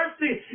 mercy